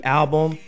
album